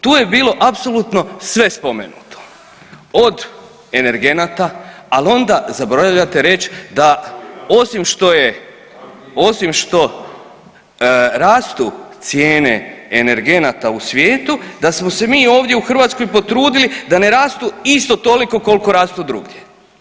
Tu je bilo apsolutno sve spomenuto, od energenata, al' onda, zaboravljate reći da osim što je ... [[Upadica se ne čuje.]] osim što rastu cijene energenata u svijetu, da smo se mi ovdje u Hrvatskoj potrudili da ne rastu isto toliko koliko rastu drugdje.